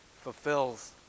Fulfills